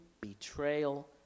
betrayal